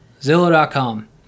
Zillow.com